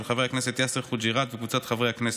של חבר הכנסת יאסר חוג'יראת וקבוצת חברי הכנסת.